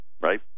Right